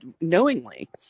knowingly